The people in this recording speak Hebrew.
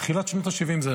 זה היה בתחילת שנות השבעים.